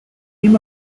aim